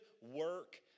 work